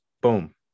boom